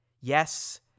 Yes